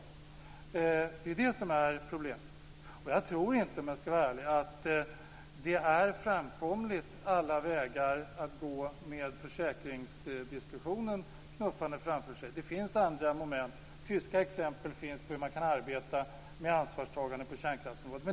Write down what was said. Det är det som är problemet. Jag tror inte, om jag skall vara ärlig, att det är framkomligt att gå med försäkringsdiskussionen knuffande framför sig. Det finns andra moment. Tyska exempel finns på hur man kan arbeta med ansvarstagande på kärnkraftsområdet.